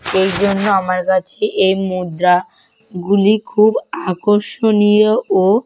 এই জন্য আমার কাছে এই মুদ্রাগুলি খুব আকর্ষণীয় ও